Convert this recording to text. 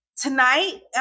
Tonight